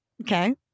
Okay